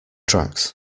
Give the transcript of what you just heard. tracks